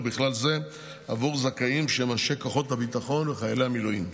ובכלל זה בעבור זכאים שהם אנשי כוחות הביטחון וחיילי מילואים.